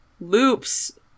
Loops